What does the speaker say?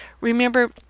Remember